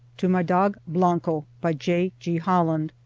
to my dog blanco by j g. holland